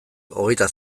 hogeita